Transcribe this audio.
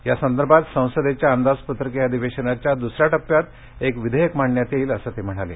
यासंदर्भात संसदेच्या अंदाजपत्रकीय अधिवेशनाच्या दुसऱ्या टप्प्यात एक विधेयक मांडण्यात येईल असं ते म्हणाले